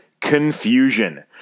confusion